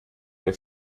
dir